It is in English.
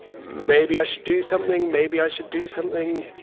maybe i should do something. maybe i should do something.